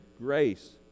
grace